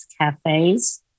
cafes